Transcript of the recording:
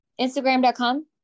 Instagram.com